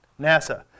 NASA